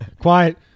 Quiet